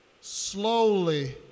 Slowly